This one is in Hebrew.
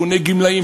ארגוני גמלאים,